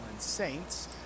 Saints